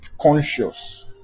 conscious